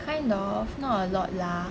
kind of not a lot lah